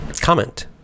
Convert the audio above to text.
comment